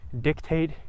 dictate